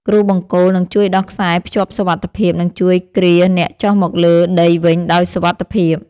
គ្រូបង្គោលនឹងជួយដោះខ្សែភ្ជាប់សុវត្ថិភាព និងជួយគ្រាហ៍អ្នកចុះមកលើដីវិញដោយសុវត្ថិភាព។